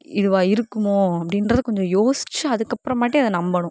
இதுவாக இருக்குமோ அப்படின்றத கொஞ்சம் யோசிச்சு அதற்கப்றமாட்டி அதை நம்பனும்